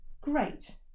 Great